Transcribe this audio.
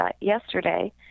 yesterday